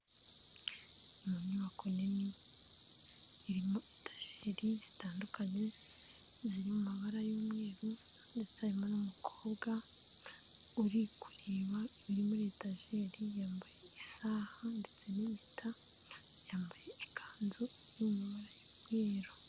Ni munyubako nini, iririmo etajeri zitandukanye, ziri mu mabara y'umweru ndetse harimo n'umukobwa, uri kureba ibiri muri etajeri yambaye isaha ndetse n'impeta, yambaye ikanzu iri mu mabara y'umweru.